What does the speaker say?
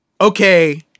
okay